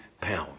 power